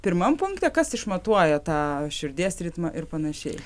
pirmam punkte kas išmatuoja tą širdies ritmą ir panašiai